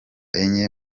enye